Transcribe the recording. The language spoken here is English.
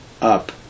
up